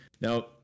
Now